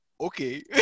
Okay